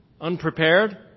unprepared